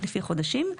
לפי חודשים.